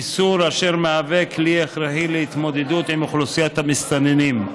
איסור אשר הוא כלי הכרחי להתמודדות עם אוכלוסיית המסתננים.